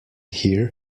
here